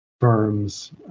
firms